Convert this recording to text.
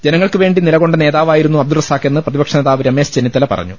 ജനങ്ങൾക്കു വേണ്ടി നിലകൊണ്ട നേതാവായി രുന്നു അബ്ദുൾ റസാഖെന്ന് പ്രതിപക്ഷനേതാവ് രമേഷ് ചെന്നി ത്തല പറഞ്ഞു